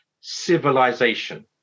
civilization